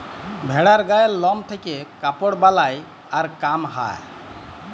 ভেড়ার গায়ের লম থেক্যে কাপড় বালাই আর কাম হ্যয়